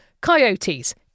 coyotes